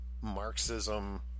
Marxism